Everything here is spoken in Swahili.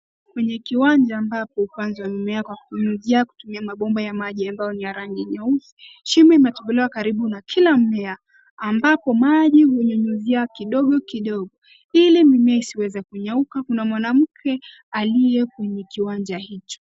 Kwenye kiwanja ambapo upanzi wa mimea wa kunyunyizia kwa kutumia mabomba ya maji ambayo ni ya rangi ya nyeusi. Shimo imetobolewa karibu na kila mmea ambapo maji hunyunyizia kidogo kidogo ili mimea isiweze kunyauka. Kuna mwanamke aliye kwenye kiwanja hicho.